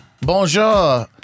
Bonjour